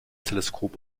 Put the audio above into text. teleskop